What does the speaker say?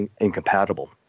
incompatible